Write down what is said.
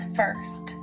first